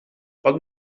pot